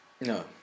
no